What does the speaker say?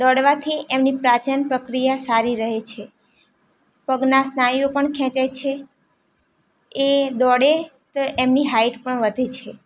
દોડવાથી એમની પાચન પ્રક્રિયા સારી રહે છે પગના સ્નાયુઓ પણ ખેંચાય છે એ દોડે તો એમની હાઇટ પણ વધે છે